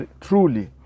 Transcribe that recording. truly